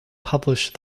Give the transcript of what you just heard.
publish